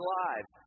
lives